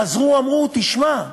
חזרו, אמרו: תשמע,